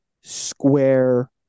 Square